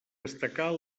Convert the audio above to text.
destacar